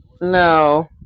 No